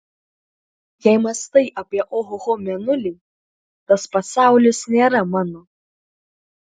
jei mąstai apie ohoho mėnulį tas pasaulis nėra mano